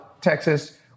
Texas